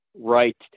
Right